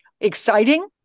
exciting